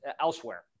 elsewhere